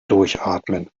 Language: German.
durchatmen